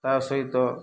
ତା ସହିତ